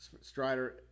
Strider